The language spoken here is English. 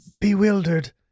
Bewildered